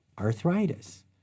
Arthritis